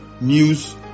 news